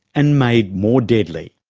and made more deadly.